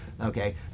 okay